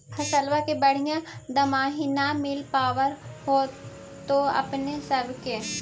फसलबा के बढ़िया दमाहि न मिल पाबर होतो अपने सब के?